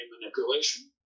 manipulation